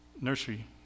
nursery